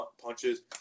punches